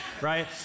right